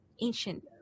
ancient